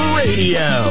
radio